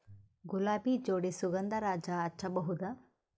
ಗುಲಾಬಿ ಜೋಡಿ ಸುಗಂಧರಾಜ ಹಚ್ಬಬಹುದ?